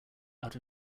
out